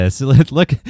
look